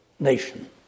nation